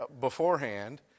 beforehand